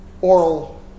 oral